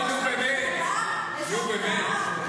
רק